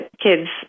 kids